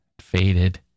faded